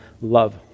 love